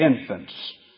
infants